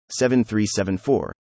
7374